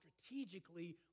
strategically